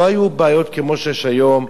לא היו בעיות כמו שיש היום,